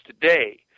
today